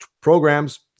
programs